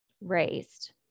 raised